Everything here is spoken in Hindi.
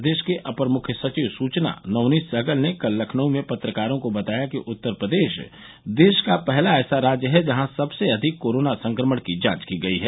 प्रदेश के अपर मुख्य सचिव सुचना नवनीत सहगल ने कल लखनऊ में पत्रकारों को बताया कि उत्तर प्रदेश देश का पहला ऐसा राज्य है जहां सबसे अधिक कोरोना संक्रमण की जांच की गई है